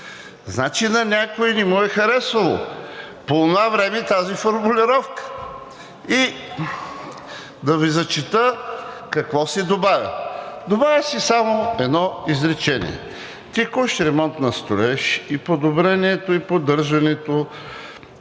г. На някой не му е харесвало по онова време тази формулировка и да Ви зачета какво се добавя. Добавя се само едно изречение: „Текущ ремонт на строеж е и подобряването и поддържането